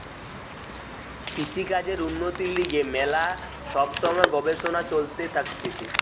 কৃষিকাজের উন্নতির লিগে ম্যালা সব সময় গবেষণা চলতে থাকতিছে